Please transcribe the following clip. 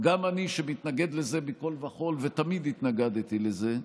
גם אני, שמתנגד לזה מכול וכול, ותמיד התנגדתי לזה,